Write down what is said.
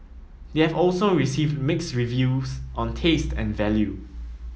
they have also received mixed reviews on taste and value